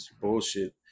bullshit